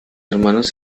hermanos